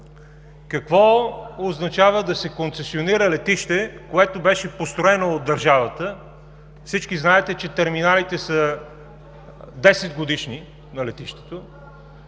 Какво означава да се концесионира летище, което беше построено от държавата? Всички знаете, че терминалите на летището